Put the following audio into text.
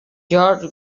george